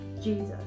Jesus